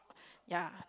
ya they